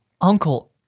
Uncle